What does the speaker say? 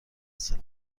سلف